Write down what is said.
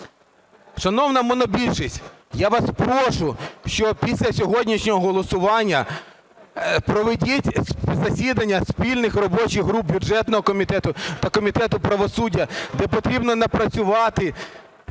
Шановна монобільшість, я вас попрошу, що після сьогоднішнього голосування проведіть засідання спільних робочих груп бюджетного комітету та комітету правосуддя, де потрібно напрацювати